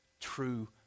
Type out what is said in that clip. true